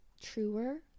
truer